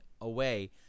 away